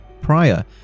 prior